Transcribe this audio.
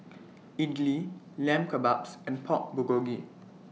Idili Lamb Kebabs and Pork Bulgogi